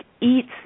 eats